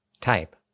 Type